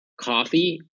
coffee